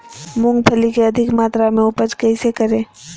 मूंगफली के अधिक मात्रा मे उपज कैसे करें?